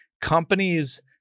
companies